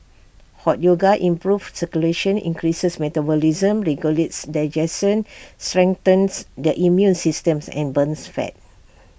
hot yoga improves circulation increases metabolism regulates digestion strengthens the immune systems and burns fat